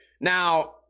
now